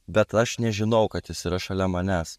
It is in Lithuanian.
bet aš nežinau kad jis yra šalia manęs